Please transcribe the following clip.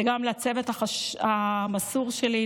וגם לצוות המסור שלי,